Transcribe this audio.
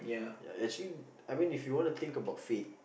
ya actually I mean if you wanna think about fate